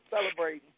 celebrating